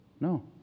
No